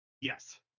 Yes